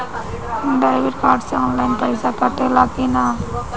Debit card से online पैसा कटा ले कि ना?